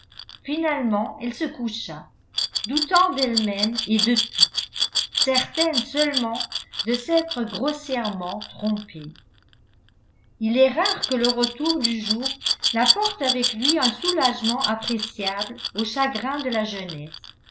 finalement elle se coucha doutant d'elle-même et de tout certaine seulement de s'être grossièrement trompée il est rare que le retour du jour n'apporte avec lui un soulagement appréciable aux chagrins de la jeunesse